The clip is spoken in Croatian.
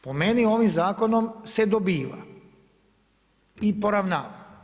Po meni, ovim zakonom se dobiva i poravnava.